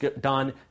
done